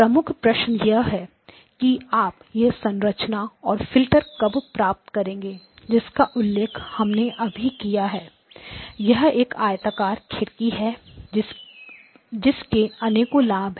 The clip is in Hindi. प्रमुख प्रश्न यह है कि आप यह संरचना और फिल्टर कब प्राप्त करेंगे जिसका उल्लेख हमने अभी किया है यह एक आयताकार खिड़की है जिस के अनेकों लाभ है